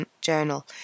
journal